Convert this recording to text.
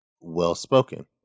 well-spoken